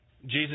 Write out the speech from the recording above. Jesus